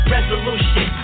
Resolution